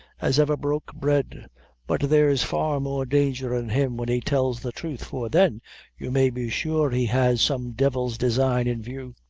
as ever broke bread but there's far more danger in him when he tells the truth, for then you may be sure he has some devil's design in view.